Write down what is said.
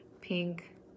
pink